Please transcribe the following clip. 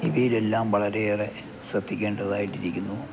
ഇവയിലെല്ലാം വളരെയേറെ ശ്രദ്ധിക്കേണ്ടതായിട്ടിരിക്കുന്നു